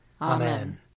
Amen